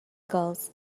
gulls